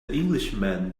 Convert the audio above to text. englishman